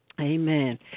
Amen